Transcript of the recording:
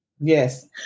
Yes